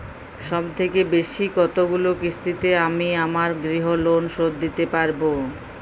সবথেকে বেশী কতগুলো কিস্তিতে আমি আমার গৃহলোন শোধ দিতে পারব?